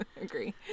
Agree